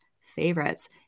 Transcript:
favorites